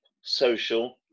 social